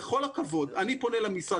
בכל הכבוד, אני פונה למשרד.